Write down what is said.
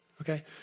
Okay